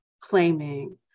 claiming